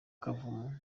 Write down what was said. kavumu